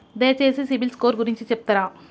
దయచేసి సిబిల్ స్కోర్ గురించి చెప్తరా?